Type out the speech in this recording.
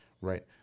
right